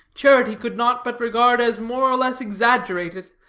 charity could not but regard as more or less exaggerated,